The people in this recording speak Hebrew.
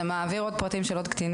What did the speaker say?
זה מעביר עוד פרטים של עוד קטינים,